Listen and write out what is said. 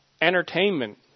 entertainment